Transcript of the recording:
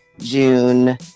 june